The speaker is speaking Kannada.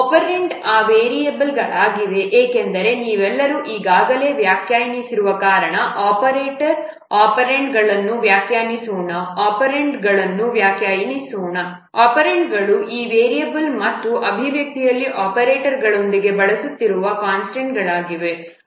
ಒಪೆರಾಂಡ್ಗಳು ಆ ವೇರಿಯೇಬಲ್ಗಳಾಗಿವೆ ಏಕೆಂದರೆ ನೀವೆಲ್ಲರೂ ಈಗಾಗಲೇ ವ್ಯಾಖ್ಯಾನಿಸಿರುವ ಕಾರಣ ಆಪರೇಟರ್ ಒಪೆರಾಂಡ್ಗಳನ್ನು ವ್ಯಾಖ್ಯಾನಿಸೋಣ ಒಪೆರಾಂಡ್ಗಳನ್ನು ವ್ಯಾಖ್ಯಾನಿಸೋಣ ಒಪೆರಾಂಡ್ಗಳು ಆ ವೇರಿಯಬಲ್ಗಳು ಮತ್ತು ಅಭಿವ್ಯಕ್ತಿಯಲ್ಲಿ ಆಪರೇಟರ್ಗಳೊಂದಿಗೆ ಬಳಸುತ್ತಿರುವ ಕಾನ್ಸ್ಟಂಟ್ಗಳಾಗಿವೆ